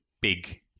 big